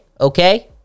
Okay